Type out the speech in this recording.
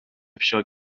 افشا